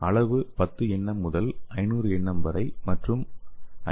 அளவு 10nm முதல் 500nm வரை மற்றும் 5 மைக்ரோமீட்டர் வரை வரையறுக்கப்பட்டுள்ளது